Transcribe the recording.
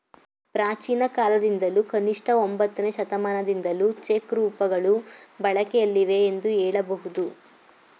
ಪ್ರಾಚೀನಕಾಲದಿಂದಲೂ ಕನಿಷ್ಠ ಒಂಬತ್ತನೇ ಶತಮಾನದಿಂದಲೂ ಚೆಕ್ ರೂಪಗಳು ಬಳಕೆಯಲ್ಲಿವೆ ಎಂದು ಹೇಳಬಹುದು